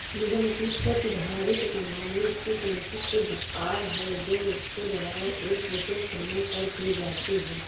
निगम की प्रतिधारित कमाई उसकी संचित शुद्ध आय है जो उसके द्वारा एक विशेष समय पर की जाती है